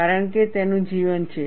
કારણ કે તેનું જીવન છે